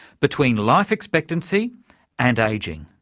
between life expectancy and ageing.